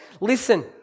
listen